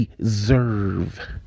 deserve